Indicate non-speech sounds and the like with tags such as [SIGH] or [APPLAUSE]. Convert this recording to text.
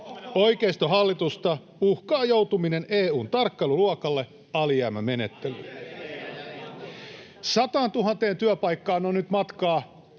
Oikeistohallitusta uhkaa joutuminen EU:n tarkkailuluokalle, alijäämämenettelyyn. [NOISE] Sataantuhanteen työpaikkaan on nyt matkaa